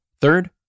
Third